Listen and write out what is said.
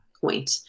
point